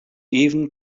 even